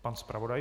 Pan zpravodaj.